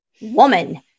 woman